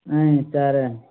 ꯑꯦ ꯆꯥꯔꯦ